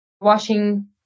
washing